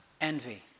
envy